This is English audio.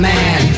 Man